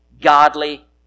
godly